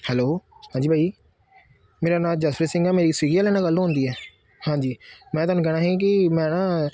hello ਹਾਂਜੀ ਭਾਅ ਜੀ ਮੇਰਾ ਨਾਮ ਜਸਪ੍ਰੀਤ ਸਿੰਘ ਹੈ ਮੇਰੀ ਸਵਿਗੀ ਵਾਲਿਆਂ ਨਾਲ ਗੱਲ ਹੋਨ ਦੀ ਹੈ ਹਾਂਜੀ ਮੈਂ ਤੁਹਾਨੂੰ ਕਹਿਣਾ ਸੀ ਕਿ ਮੈਂ ਨਾ